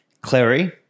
Clary